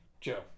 Joe